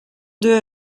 deux